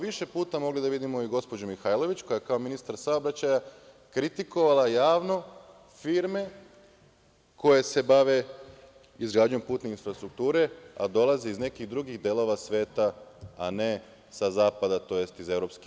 Više puta smo mogli da vidimo i gospođu Mihajlović, koja je kao ministar saobraćaja kritikovala javno firme koje se bave izgradnjom putne infrastrukture a dolaze iz nekih drugih delova sveta, a ne sa zapada, tj. iz EU.